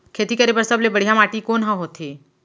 खेती करे बर सबले बढ़िया माटी कोन हा होथे?